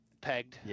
pegged